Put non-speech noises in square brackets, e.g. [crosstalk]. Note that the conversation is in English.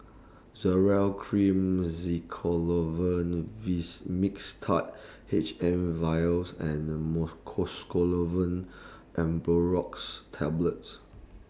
Zoral Cream [unintelligible] Mixtard H M Vials and Mucosolvan Ambroxol Tablets